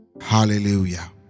Hallelujah